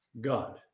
God